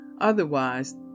Otherwise